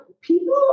people